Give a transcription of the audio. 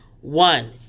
One